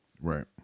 Right